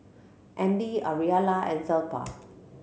Andy Ariella and Zelpha